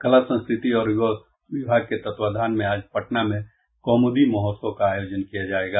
कला संस्कृति और युवा विभाग के तत्वावधान में आज पटना में कौमुदी महोत्सव का आयोजन किया जायेगा